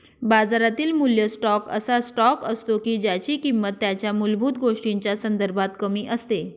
बाजारातील मूल्य स्टॉक असा स्टॉक असतो की ज्यांची किंमत त्यांच्या मूलभूत गोष्टींच्या संदर्भात कमी असते